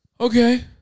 okay